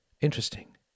interesting